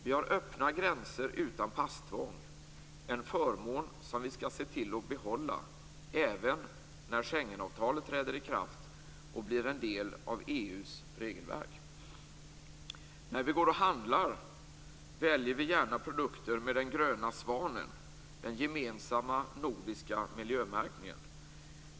Vi har öppna gränser utan passtvång, en förmån som vi skall se till att behålla även när Schengenavtalet träder i kraft och blir en del av EU:s regelverk. När vi går och handlar väljer vi gärna produkter med den gröna svanen, den gemensamma nordiska miljömärkningen.